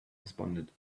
responded